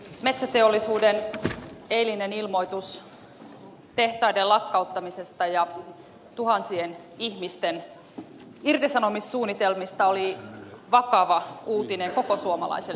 metsäteollisuuden eilinen ilmoitus tehtaiden lakkauttamisesta ja tuhansien ihmisten irtisanomissuunnitelmista oli vakava uutinen koko suomalaiselle yhteiskunnalle